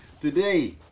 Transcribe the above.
Today